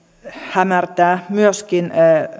hämärtää myöskin